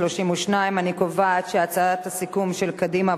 32. אני קובעת שהצעת הסיכום של קדימה,